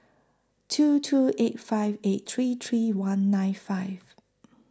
two two eight five eight three three one nine five